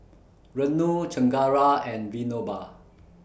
Renu Chengara and Vinoba